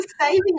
saving